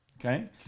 okay